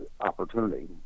opportunity